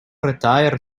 retire